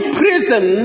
prison